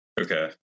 Okay